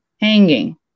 hanging